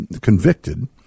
convicted